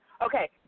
Okay